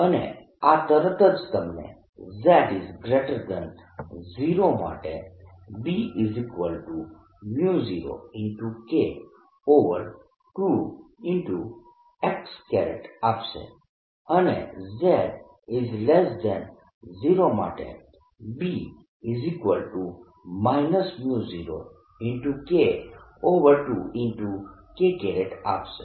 અને આ તરત જ તમને z0 માટે B0K2 x આપશે અને z0 માટે B 0K2 x આપશે